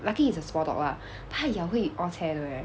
lucky it's a small dog lah 它咬会 orh cheh 的 leh